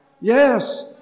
Yes